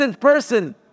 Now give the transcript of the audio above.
person